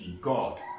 God